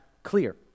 Clear